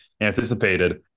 anticipated